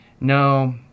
No